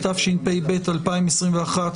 התשפ"ב-2021,